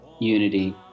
Unity